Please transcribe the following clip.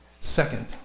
Second